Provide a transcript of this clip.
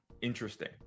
interesting